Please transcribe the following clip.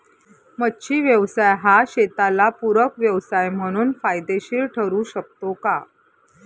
मच्छी व्यवसाय हा शेताला पूरक व्यवसाय म्हणून फायदेशीर ठरु शकतो का?